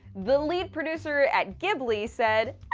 the lead producer at ghibli said